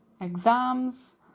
exams